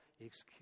Excuse